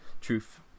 truth